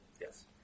Yes